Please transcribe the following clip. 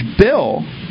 bill